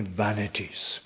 vanities